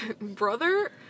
Brother